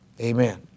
Amen